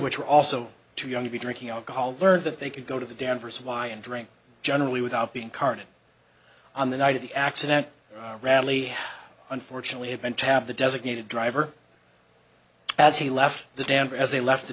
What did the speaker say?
which were also too young to be drinking alcohol learned that they could go to the danvers y and drink generally without being current on the night of the accident radley unfortunately had been to have the designated driver as he left the damper as they left the